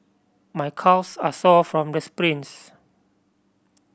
my calves are sore from sprints